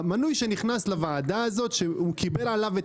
מינוי שנכנס לוועדה הזאת וקיבל עליו את